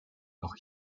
auch